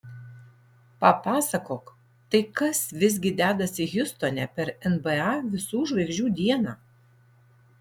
papasakok tai kas visgi dedasi hjustone per nba visų žvaigždžių dieną